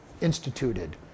instituted